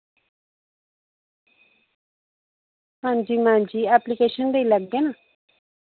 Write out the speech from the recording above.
हां जी मैम जी एप्लीकेशन देई लैगे ना